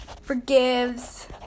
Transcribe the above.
forgives